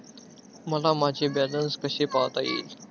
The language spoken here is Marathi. मला माझे बॅलन्स कसे पाहता येईल?